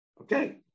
Okay